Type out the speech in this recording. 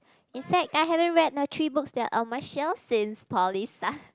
in fact I haven't read the three books that are on my shelves in poly stuff